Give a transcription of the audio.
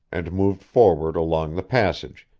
and moved forward along the passage,